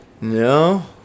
no